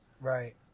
Right